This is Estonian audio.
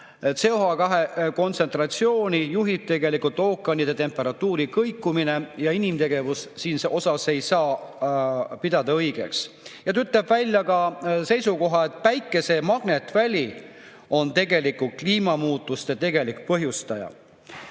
CO2kontsentratsiooni juhib tegelikult ookeanide temperatuuri kõikumine ja inimtegevust siin ei saa pidada õigeks. Ta ütleb välja ka seisukoha, et Päikese magnetväli on kliimamuutuste tegelik põhjustaja.